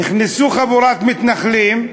נכנסה חבורת מתנחלים,